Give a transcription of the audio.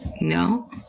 No